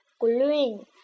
green